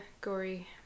gory